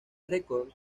records